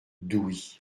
douy